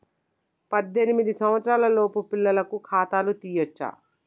పద్దెనిమిది సంవత్సరాలలోపు పిల్లలకు ఖాతా తీయచ్చా?